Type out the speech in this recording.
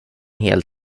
hel